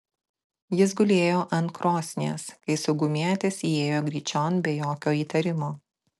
jis gulėjo ant krosnies kai saugumietis įėjo gryčion be jokio įtarimo